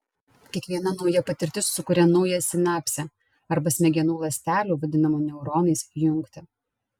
kiekviena nauja patirtis sukuria naują sinapsę arba smegenų ląstelių vadinamų neuronais jungtį